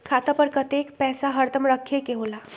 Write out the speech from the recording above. खाता पर कतेक पैसा हरदम रखखे के होला?